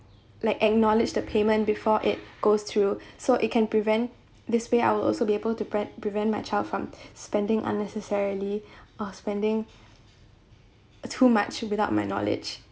like acknowledged the payment before it goes through so it can prevent this way I will also be able to pret~ prevent my child from spending unnecessarily or spending too much without my knowledge